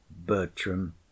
BERTRAM